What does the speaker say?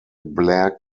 blair